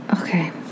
Okay